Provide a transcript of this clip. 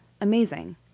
amazing